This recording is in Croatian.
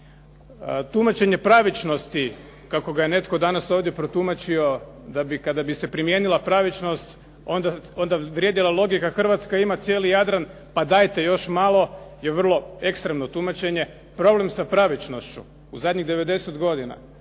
Tumačenje pravičnosti kako ga je netko danas ovdje protumačio da bi kada bi se primijenila pravičnost onda vrijedila logika Hrvatska ima cijeli Jadran, pa dajte još malo i vrlo ekstremno tumačenje, problem sa pravičnošću u zadnjih 90 godina